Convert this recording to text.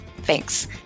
Thanks